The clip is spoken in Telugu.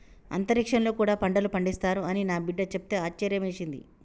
అంతరిక్షంలో కూడా పంటలు పండిస్తారు అని నా బిడ్డ చెప్తే ఆశ్యర్యమేసింది